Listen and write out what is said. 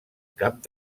cap